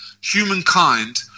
humankind